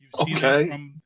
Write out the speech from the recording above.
Okay